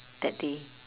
that day